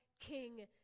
King